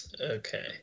okay